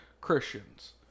Christians